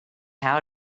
how